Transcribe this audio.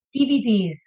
DVDs